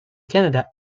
canada